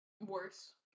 Worse